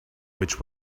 which